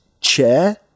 chair